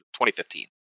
2015